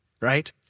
right